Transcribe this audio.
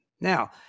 now